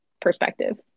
perspective